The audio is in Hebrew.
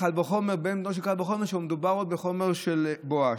קל וחומר בן בנו של קל וחומר כשמדובר בחומר של בואש.